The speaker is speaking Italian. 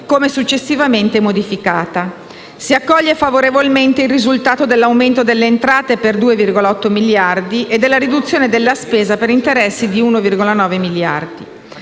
come successivamente modificata. Si accoglie favorevolmente il risultato dell'aumento delle entrate per 2,8 miliardi e della riduzione della spesa per interessi per 1,9 miliardi.